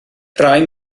rai